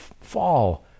fall